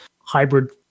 hybrid